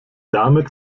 damit